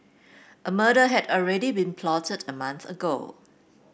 a murder had already been plotted a month ago